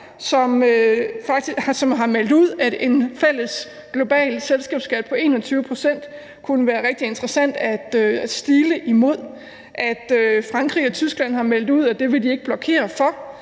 som har meldt ud, at en fælles, global selskabsskat på 21 pct. kunne være rigtig interessant at stile imod. Frankrig og Tyskland har meldt ud, at de ikke vil blokere for,